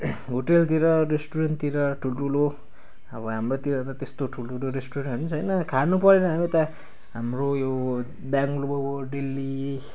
होटलतिर रेस्टुरेन्टतिर ठुल्ठुलो अब हाम्रातिर त त्यस्तो ठुल्ठुलो रेस्टुरेन्टहरू नि छैन खानुपऱ्यो भने हामी त हाम्रो यो बेङलोर दिल्ली